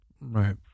Right